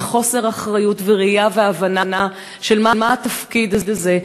בחוסר אחריות וראייה והבנה של מה התפקיד הזה,